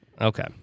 Okay